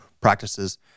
practices